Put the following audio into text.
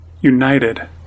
united